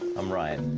i'm ryan.